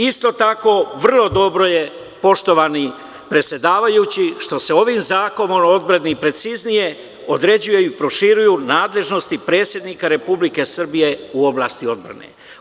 Isto tako, vrlo dobro je poštovani predsedavajući što se ovim Zakonom o odbrani preciznije određuju i proširuju nadležnosti predsednika Republike Srbije u oblasti odbrane.